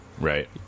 Right